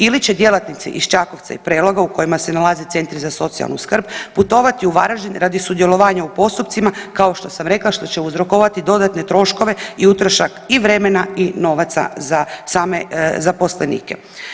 Ili će djelatnici iz Čakovca i Preloga u kojima se nalaze centri za socijalnu skrb putovati u Varaždin radi sudjelovanja u postupcima kao što sam rekla što će uzrokovati dodatne troškove i utrošak i vremena i novaca za same zaposlenike.